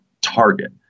target